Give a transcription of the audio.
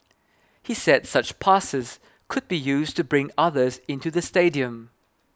he said such passes could be used to bring others into the stadium